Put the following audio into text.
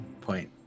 point